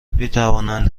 میتوانند